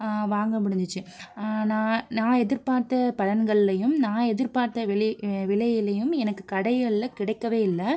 வாங்க முடிஞ்சிச்சு நான் நான் எதிர்பார்த்த பலன்கள்லையும் நான் எதிர்பார்த்த விலை விலையிலேயும் எனக்கு கடைகளில் கிடைக்கவே இல்லை